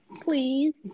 Please